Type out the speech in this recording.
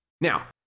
Now